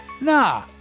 Nah